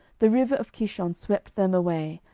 the river of kishon swept them away,